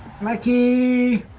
marquee